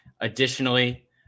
Additionally